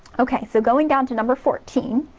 okay, so going down to number fourteen,